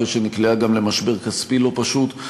אחרי שנקלעה גם למשבר כספי לא פשוט.